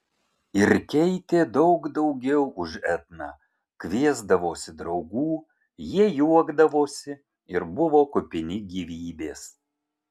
ir keitė daug daugiau už etną kviesdavosi draugų jie juokdavosi ir buvo kupini gyvybės